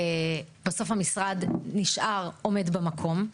ובסוף המשרד נשאר עומד במקום.